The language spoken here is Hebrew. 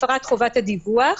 הפרת חובת הדיווח,